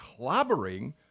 clobbering